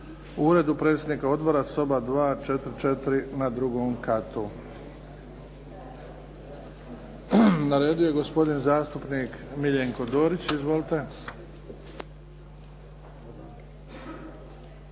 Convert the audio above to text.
u uredu predsjednika odbora, soba 244 na drugom katu. Na redu je gospodin zastupnik Miljenko Dorić. Izvolite.